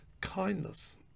kindness